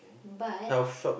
but